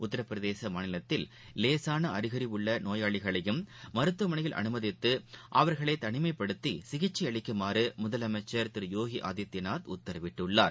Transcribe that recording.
உத்தரபிரதேசமாநிலத்தில் லேசானஅறிகுறிஉள்ளநோயாளிகளையும் மருத்துவமனையில் அனுமதித்து அவர்களைதனிமைப்படுத்திசிகிச்சைஅளிக்குமாறுமுதலமைச்சர் திருயோகிஆதித்யநாத் உத்தரவிட்டுள்ளார்